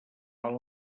val